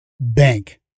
bank